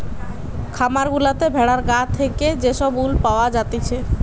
খামার গুলাতে ভেড়ার গা থেকে যে সব উল পাওয়া জাতিছে